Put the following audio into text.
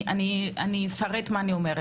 אני אפרט את מה שאני אומרת.